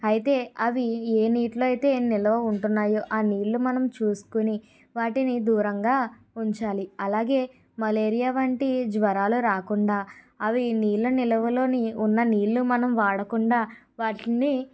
అయితే అవి ఏ నీటిలో అయితే నిలువ ఉంటున్నాయో ఆ నీళ్లు మనం చూసుకొని వాటిని దూరంగా ఉంచాలి అలాగే మలేరియా వంటి జ్వరాలు రాకుండా అవి నీళ్ల నిల్వలో ఉన్న నీళ్లు మనం వాడకుండా వాటిని